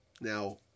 Now